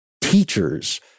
teachers